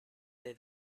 dei